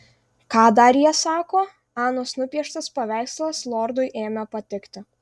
ką dar jie sako anos nupieštas paveikslas lordui ėmė patikti